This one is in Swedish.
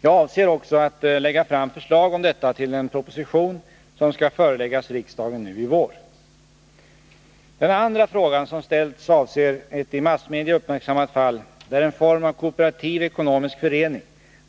Jag avser också att lägga fram förslag om detta i den proposition som skall föreläggas riksdagen nu i vår. Den andra frågan som ställts avser ett i massmedia uppmärksammat fall, där en form av kooperativ ekonomisk förening